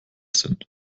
sind